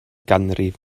ganrif